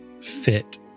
fit